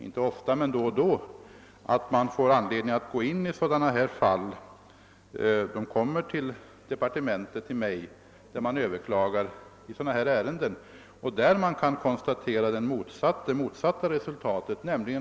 Inte ofta men då och då har jag haft anledning att ta del av sådana här fall. När man överklagat sådana ärenden kommer de till departementet, till mig.